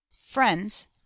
friends